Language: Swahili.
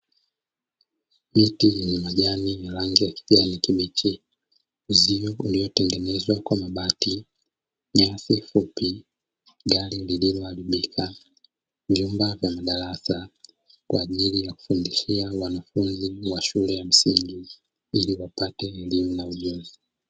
Miti yenye majani ya rangi ya kijani kibichi, uzio uliotengenezwa kwa mabati, nyasi fupi, gari lililoharibika, vyumba vya madarasa kwa ajili ya kufundishia wanafunzi wa shule ya msingi ili wapate elimu na ujuzi.